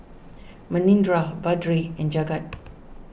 Manindra Vedre and Jagat